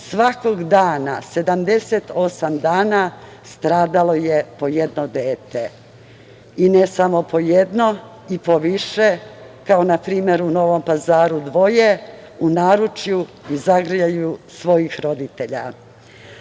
svakog dana 78 dana stradalo je po jedno dete i ne samo po jedno i po više, kao na primer u Novom Pazaru dvoje u naručju i zagrljaju svojih roditelja. Ali,